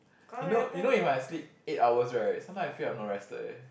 you know you know even I sleep eight hours right sometime I feel I'm not rested eh